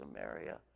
Samaria